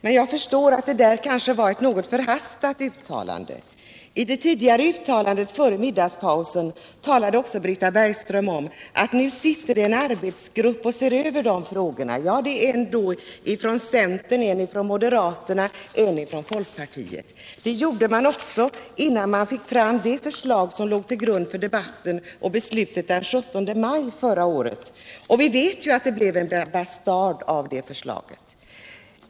Men jag förstår att det kanske var ett något förhastat uttalande. I det tidigare inlägget före middagspausen talade Britta Bergström också om att det nu sitter en arbetsgrupp och ser över de frågorna. Ja, det är då en från centern, en från moderaterna och en från folkpartiet. Det gjorde man också innan man fick fram det förslag som låg till grund för debatten och beslutet den 17 maj förra året, och vi vet ju att det blev en bastard av det förslaget.